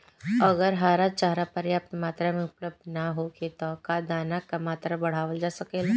अगर हरा चारा पर्याप्त मात्रा में उपलब्ध ना होखे त का दाना क मात्रा बढ़ावल जा सकेला?